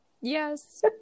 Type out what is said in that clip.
yes